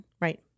Right